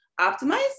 optimize